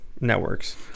networks